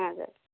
हजुर